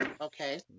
Okay